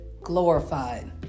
glorified